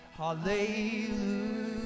Hallelujah